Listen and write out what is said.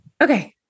Okay